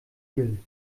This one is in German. igel